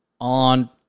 on